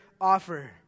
offer